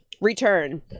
return